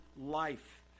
life